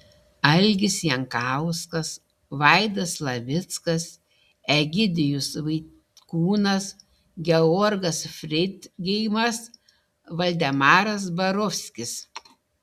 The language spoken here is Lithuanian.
algis jankauskas vaidas slavickas egidijus vaitkūnas georgas freidgeimas valdemaras borovskis